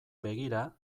begira